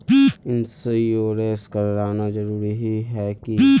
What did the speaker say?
Insurance कराना जरूरी ही है की?